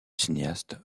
cinéaste